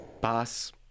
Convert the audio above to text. Boss